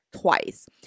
Twice